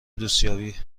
دوستیابی